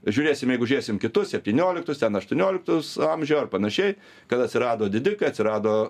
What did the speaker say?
žiūrėsim jeigu žiūrėsim kitus septynioliktus tem aštuonioliktus amžių ar panašiai kada atsirado didikai atsirado